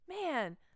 Man